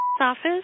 office